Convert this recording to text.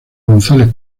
gonzález